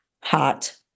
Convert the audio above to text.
hot